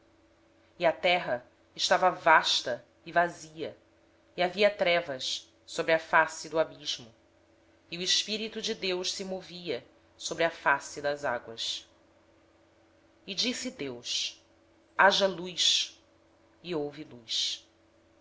e a terra a terra era sem forma e vazia e havia trevas sobre a face do abismo mas o espírito de deus pairava sobre a face das águas disse deus haja luz e houve luz